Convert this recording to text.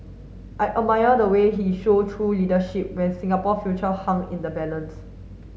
I admire the way he show true leadership when Singapore future hung in the balance